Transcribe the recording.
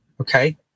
okay